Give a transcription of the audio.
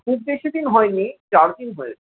খুব বেশিদিন হয়নি চারদিন হয়েছে